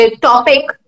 topic